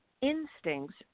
instincts